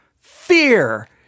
fear